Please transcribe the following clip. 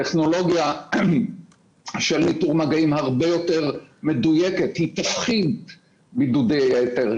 טכנולוגיה של איתור מגעים היא הרבה יותר מדויקת והיא תפחית בידודי יתר,